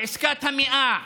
לעסקת המאה,